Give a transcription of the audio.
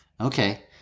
Okay